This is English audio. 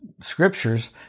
Scriptures